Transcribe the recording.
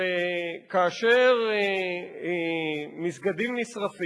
וכאשר מסגדים נשרפים,